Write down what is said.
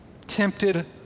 tempted